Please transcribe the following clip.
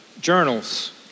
journals